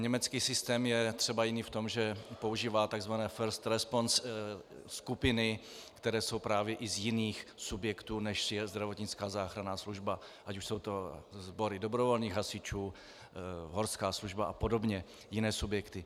Německý systém je třeba jiný v tom, že používá tzv. first response skupiny, které jsou právě i z jiných subjektů, než je zdravotnická záchranná služba, ať už jsou to sbory dobrovolných hasičů, horská služba a jiné subjekty.